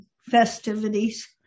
festivities